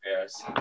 Yes